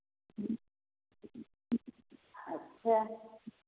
अच्छा